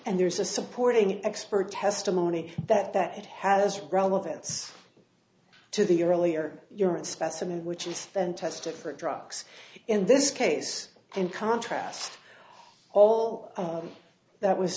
and there is a supporting expert testimony that that has relevance to the earlier urine specimen which is then tested for drugs in this case in contrast all that was